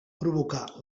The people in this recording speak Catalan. provocar